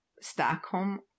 Stockholm